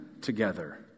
together